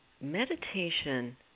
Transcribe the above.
Meditation